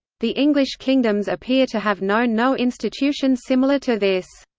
the english kingdoms appear to have known no institution similar to this.